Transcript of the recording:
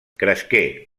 cresqué